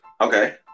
Okay